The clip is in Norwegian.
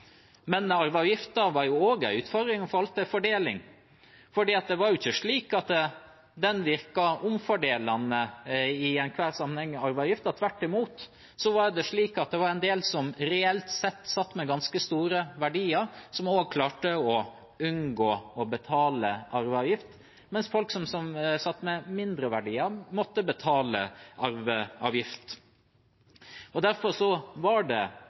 Men arveavgiften var også en utfordring med tanke på fordeling, for det var ikke slik at den virket omfordelende i enhver sammenheng. Tvert imot var det en del som reelt sett satt med ganske store verdier, som også klarte å unngå å betale arveavgift, mens folk som satt med mindre verdier, måtte betale arveavgift. Derfor var det klokt at en i den rød-grønne perioden reduserte arveavgiften. En økte bunnfradraget betydelig, og når en nå skal se framover, er det